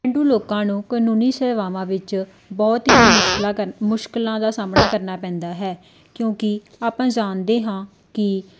ਪੇਂਡੂ ਲੋਕਾਂ ਨੂੰ ਕਾਨੂੰਨੀ ਸੇਵਾਵਾਂ ਵਿੱਚ ਬਹੁਤ ਹੀ ਮੁਸ਼ਕਲਾਂ ਕਰ ਮੁਸ਼ਕਲਾਂ ਦਾ ਸਾਹਮਣਾ ਕਰਨਾ ਪੈਂਦਾ ਹੈ ਕਿਉਂਕਿ ਆਪਾਂ ਜਾਣਦੇ ਹਾਂ ਕਿ